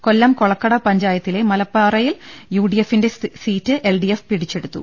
കൊല്ലം കൊളക്കട പഞ്ചായത്തിലെ മലപ്പാറയിൽ U D എഫിന്റെ സീറ്റ് എൽ ഡി എഫ് പിടിച്ചെടുത്തു